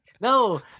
No